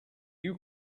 you